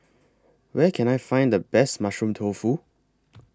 Where Can I Find The Best Mushroom Tofu